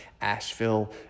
Asheville